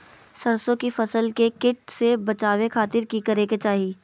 सरसों की फसल के कीट से बचावे खातिर की करे के चाही?